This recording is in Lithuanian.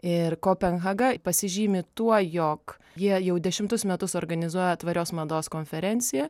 ir kopenhaga pasižymi tuo jog jie jau dešimtus metus organizuoja tvarios mados konferenciją